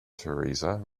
teresa